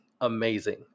amazing